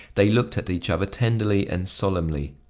they looked at each other tenderly and solemnly.